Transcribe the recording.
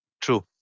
True